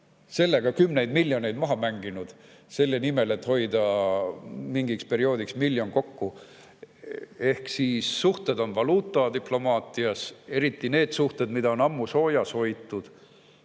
me oleme kümneid miljoneid maha mänginud selle nimel, et hoida mingiks perioodiks miljon kokku. Suhted on diplomaatias valuuta, eriti need suhted, mida on ammu soojas hoitud.